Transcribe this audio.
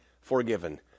forgiven